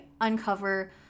uncover